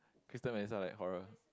Crystal Melisa like horror